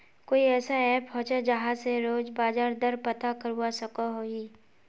कोई ऐसा ऐप होचे जहा से रोज बाजार दर पता करवा सकोहो ही?